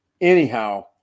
anyhow